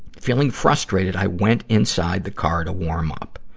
feeling frustrated, i went inside the car to warm up.